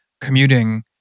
commuting